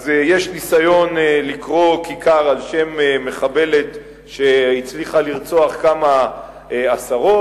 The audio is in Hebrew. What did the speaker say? אז יש ניסיון לקרוא כיכר על שם מחבלת שהצליחה לרצוח כמה עשרות,